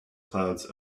clouds